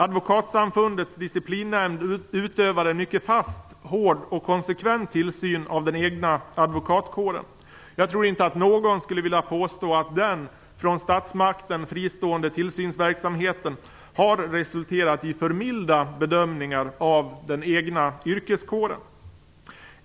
Advokatsamfundets disciplinnämnd utövar en mycket fast, hård och konsekvent tillsyn av den egna advokatkåren. Jag tror inte att någon skulle vilja påstå att den från statsmakten fristående tillsynsverksamheten har resulterat i för milda bedömningar av den egna yrkeskåren.